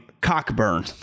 Cockburn